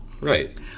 Right